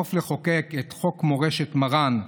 לשאוף לחוקק את חוק מורשת מרן,